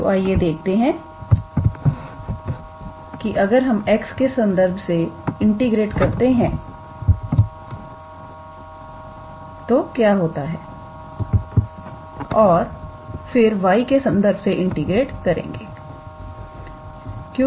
तो आइए देखते हैं कि अगर हम x के संदर्भ से इंटीग्रेट करे तो क्या होता है और फिर y के संदर्भ से इंटीग्रेट करेंगे